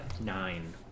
nine